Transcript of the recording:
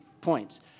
points